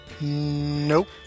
Nope